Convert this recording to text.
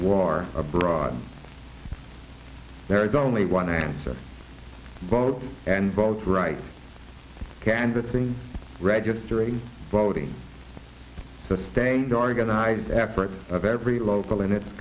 war abroad there is only one answer vote and vote right canvassing registering voting the stained organized effort of every local in its